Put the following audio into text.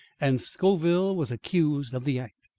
and scoville was accused of the act.